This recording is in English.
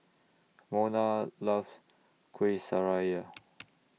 Mona loves Kueh Syara